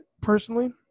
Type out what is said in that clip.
personally